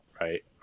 Right